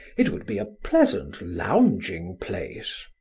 it would be a pleasant lounging place.